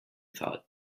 thought